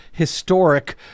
historic